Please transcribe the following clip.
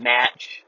match